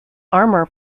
armour